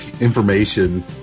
information